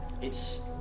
It's-